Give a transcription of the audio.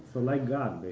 like god,